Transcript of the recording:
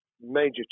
major